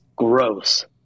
Gross